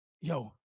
Yo